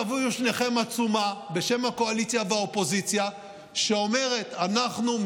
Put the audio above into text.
תביאו שניכם עצומה בשם הקואליציה והאופוזיציה שאומרת: אנחנו,